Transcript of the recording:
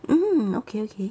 mm okay okay